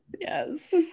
yes